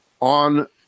on –